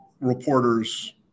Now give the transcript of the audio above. reporters